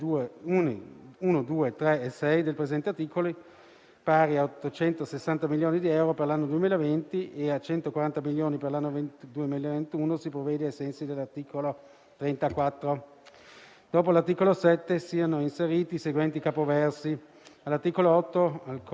«in 274,5 milioni di euro per l'anno 2020 e in 91,5 milioni di euro per l'anno 2021»; All'articolo 9 sono apportate le seguenti modificazioni: "al comma 4, le parole: «121,3» sono sostituite dalle seguenti: «137»;